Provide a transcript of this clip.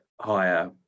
higher